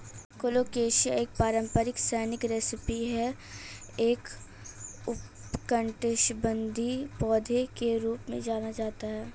colocasia एक पारंपरिक snack recipe है एक उष्णकटिबंधीय पौधा के रूप में जाना जाता है